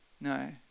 No